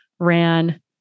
ran